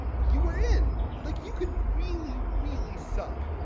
you were in, like, you could really, really suck,